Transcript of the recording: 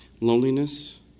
Loneliness